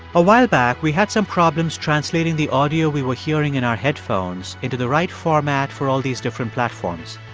a while back, we had some problems translating the audio we were hearing in our headphones into the right format for all these different platforms.